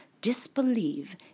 disbelieve